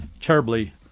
terribly